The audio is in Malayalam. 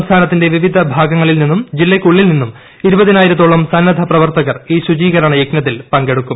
സംസ്ഥാനത്തിന്റെ വിവിധഭാഗങ്ങളിൽ നിന്നും ജില്ലയ്ക്കുള്ളിൽ നിന്നും ഇരുപതിനായിരത്തോളം സന്നദ്ധ പ്രവർത്തകർ ഈ ശുചീകരണ യജ്ഞത്തിൽ പ്രങ്കെടുക്കും